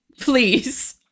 please